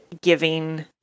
giving